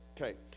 Okay